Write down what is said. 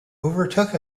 overtook